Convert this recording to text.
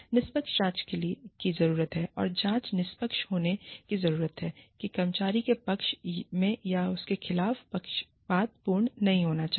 निष्पक्ष जांच की जरूरत है और जांच निष्पक्ष होने की जरूरत है कि यह कर्मचारी के पक्ष में या उसके खिलाफ पक्षपातपूर्ण नहीं होना चाहिए